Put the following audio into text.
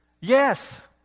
Yes